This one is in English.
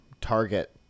target